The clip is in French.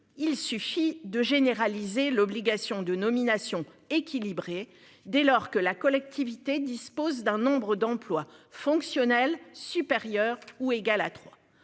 Il suffit de généraliser l'obligation de nominations équilibrées dès lors que la collectivité dispose d'un nombre d'emplois fonctionnels supérieure ou égale à